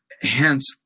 hence